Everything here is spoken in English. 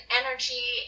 energy